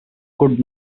could